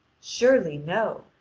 surely no,